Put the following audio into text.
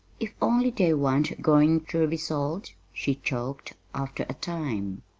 if only they wan't goin' ter be sold! she choked, after a time.